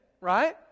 Right